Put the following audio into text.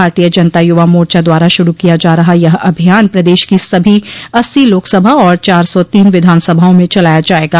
भारतीय जनता युवा मोर्चा द्वारा शुरू किया जा रहा यह अभियान प्रदेश की सभी अस्सी लोकसभा और चार सौ तीन विधानसभाओं में चलाया जायेगा